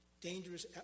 dangerous